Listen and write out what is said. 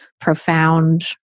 profound